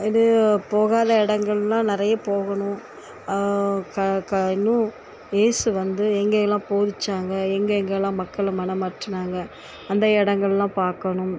இது போகாத எடங்கள்லாம் நெறைய போகணும் இன்னும் இயேசு வந்து எங்கள் எல்லாம் போதிச்சாங்க எங்கள் எங்களாம் மக்களை மனமாற்றினாங்க அந்த இடங்கள்லாம் பார்க்கணும்